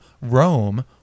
Rome